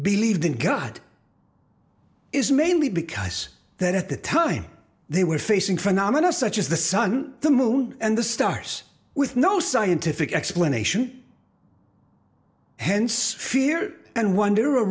believed in god is mainly because that at the time they were facing phenomena such as the sun the moon and the stars with no scientific explanation hence fear and wonder